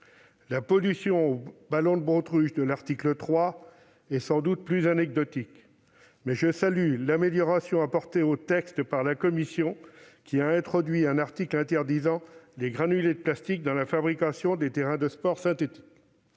La pollution due aux ballons de baudruche, couverte par l'article 3, est sans doute plus anecdotique ... Je salue l'amélioration apportée au texte par la commission, qui a introduit un article interdisant les granulés de plastique dans la fabrication des terrains de sport synthétiques.